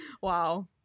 Wow